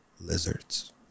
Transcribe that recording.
lizards